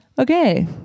Okay